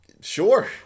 sure